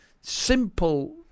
simple